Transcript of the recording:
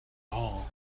all